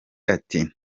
ati